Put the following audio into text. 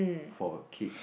for a kids